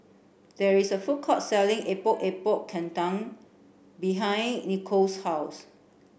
there is a food court selling Epok Epok Kentang behind Nicolle's house